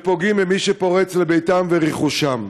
ופוגעים במי שפורץ לביתם ורכושם.